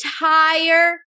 entire